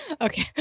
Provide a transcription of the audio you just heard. Okay